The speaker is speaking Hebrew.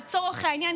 לצורך העניין,